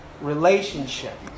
relationship